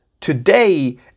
Today